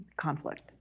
conflict